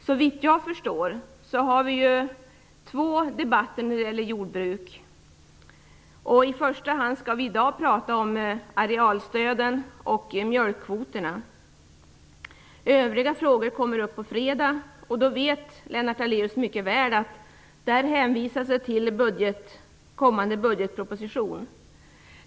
Såvitt jag förstår har vi två debatter när det gäller jordbruket. I dag skall vi i första hand tala om arealstöden och mjölkkvoterna. Övriga frågor kommer upp på fredag, och Lennart Daléus vet mycket väl att det där hänvisas till den kommande budgetpropositionen.